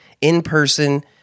in-person